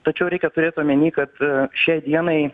tačiau reikia turėt omeny kad šiai dienai